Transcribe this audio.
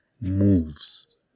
moves